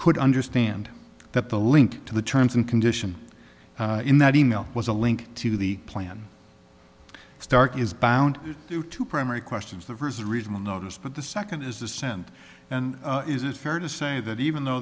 could understand that the link to the terms and condition in that email was a link to the plan stark is bound to two primary questions the vs reasonable notice but the second is the send and is it fair to say that even though